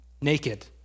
naked